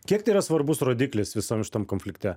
kiek tai yra svarbus rodiklis visam šitam konflikte